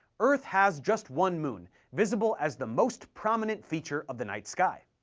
earth has just one moon, visible as the most prominent feature of the night sky.